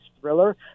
thriller